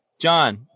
John